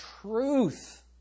truth